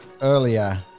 earlier